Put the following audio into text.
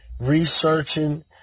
researching